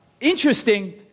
Interesting